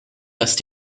ist